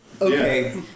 Okay